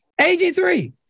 AG3